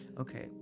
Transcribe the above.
okay